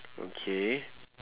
okay